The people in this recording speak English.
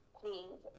please